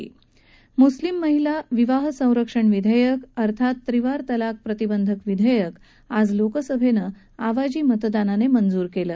म्स्लिम महिला विवाह संरक्षण विधेयक अर्थात तिहेरी तलाक प्रतिबंधक विधेयक आज लोकसभेनं आवाजी मतदानानं मंजूर केलं